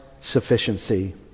sufficiency